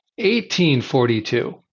1842